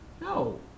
no